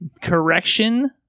Correction